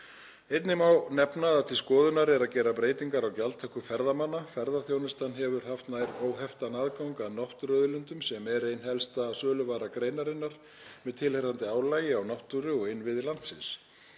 Einnig má nefna að til skoðunar er að gera breytingar á gjaldtöku ferðamanna. Ferðaþjónustan hefur haft nær óheftan aðgang að náttúruauðlindum, sem er ein helsta söluvara greinarinnar, með tilheyrandi álagi á náttúru og innviði landsins.